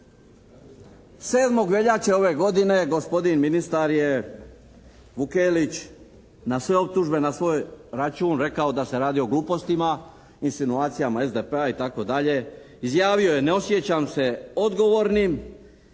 7. veljače ove godine gospodin ministar je Vukelić na sve optužbe na svoj račun rekao da se radi o glupostima, insinuacijama SDP-a itd. Izjavio je ne osjećam se odgovornim